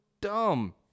dumb